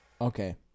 Okay